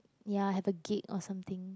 ya have a gate or something